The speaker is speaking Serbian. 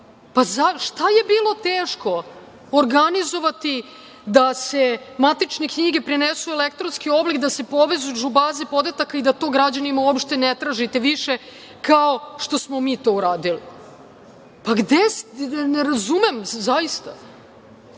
Šta je bilo teško organizovati da se matične knjige prenesu u elektronski oblik, da se povežu baze podataka i da to građanima uopšte ne tražite više, kao što smo mi to uradili? Pa gde ste bili? Ne razumem vas,